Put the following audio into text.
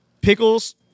Pickles